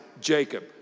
Jacob